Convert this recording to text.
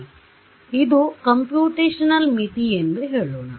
ಆದ್ದರಿಂದ ಇದು ಕಂಪ್ಯೂಟೇಶನಲ್ ಮಿತಿ ಎಂದು ಹೇಳೋಣ